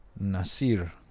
Nasir